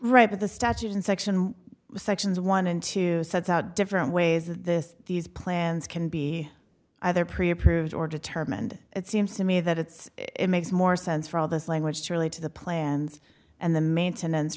right at the matches in section sections one and two sets out different ways that this these plans can be either pre approved or determined it seems to me that it's it makes more sense for all this language surely to the plans and the maintenance